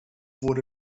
wurde